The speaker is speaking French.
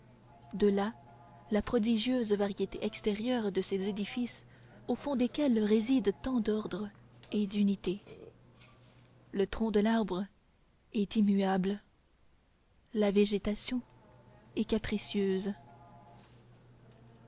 de là la prodigieuse variété extérieure de ces édifices au fond desquels réside tant d'ordre et d'unité le tronc de l'arbre est immuable la végétation est capricieuse